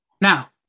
now